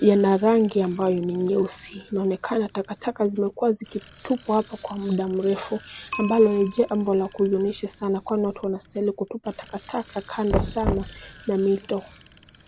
yana rangi ambayo ni nyeusi. Inaonekana takataka zimekuwa zikitupwa hapo kwa muda mrefu; ambayo ni jambo la kuhuzunisha zaidi kwani watu wanastahili kutupa takataka kando sana na mito.